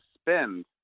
spend